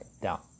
down